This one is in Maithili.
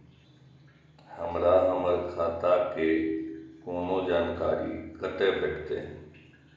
हमरा हमर खाता के कोनो जानकारी कते भेटतै